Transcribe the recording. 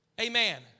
Amen